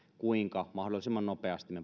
kuinka mahdollisimman nopeasti